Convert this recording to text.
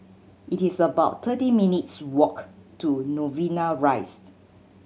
it is about thirty minutes' walk to Novena Rise